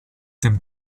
dem